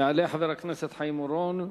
יעלה חבר הכנסת חיים אורון,